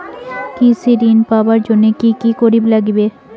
কৃষি ঋণ পাবার জন্যে কি কি করির নাগিবে?